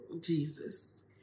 Jesus